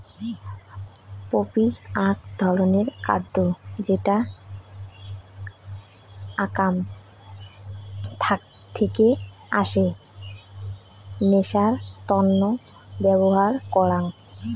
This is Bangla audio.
পপি আক ধরণের খাদ্য যেটা আকাম থেকে আসে নেশার তন্ন ব্যবহার করাং